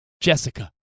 Jessica